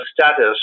status